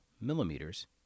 millimeters